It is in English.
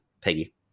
Peggy